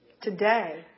today